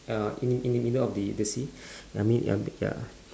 uh in the in the middle of the sea ya I mean ya I mean ya